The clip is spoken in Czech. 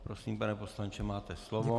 Prosím, pane poslanče, máte slovo.